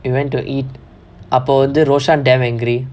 we went to eat அபோ வந்து:apo vanthu roshan damn angry